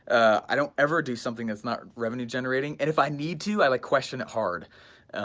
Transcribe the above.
i don't ever do something that's not revenue generating and if i need to i like question it hard,